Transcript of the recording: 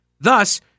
Thus